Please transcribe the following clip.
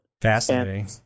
fascinating